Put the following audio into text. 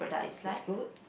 it's good